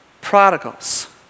prodigals